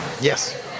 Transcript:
Yes